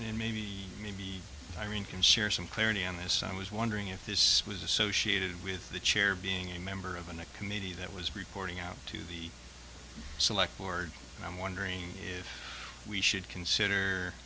and maybe maybe i mean can share some clarity on this i was wondering if this was associated with the chair being a member of an a committee that was reporting out to the select board and i'm wondering if we should consider